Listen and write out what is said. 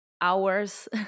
hours